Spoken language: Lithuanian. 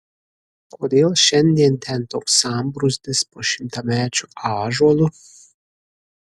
kodėl šiandien ten toks sambrūzdis po šimtamečiu ąžuolu